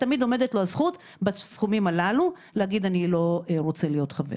תמיד עומדת לו הזכות בסכומים הללו להגיד: אני לא רוצה להיות חבר.